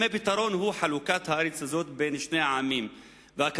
אם הפתרון הוא חלוקת הארץ הזאת בין שני העמים והקמת